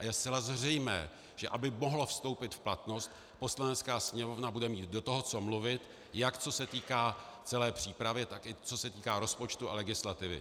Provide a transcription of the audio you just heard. A je zcela zřejmé, že aby mohlo vstoupit v platnost, Poslanecká sněmovna bude mít do toho co mluvit, jak co se týká celé přípravy, tak i co se týká rozpočtu a legislativy.